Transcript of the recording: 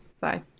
bye